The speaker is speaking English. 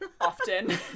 often